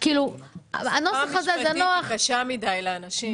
השפה המשפטית היא קשה מדי לאנשים.